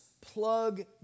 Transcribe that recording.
plug